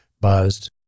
buzzed